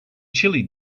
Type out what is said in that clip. chili